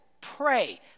pray